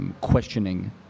questioning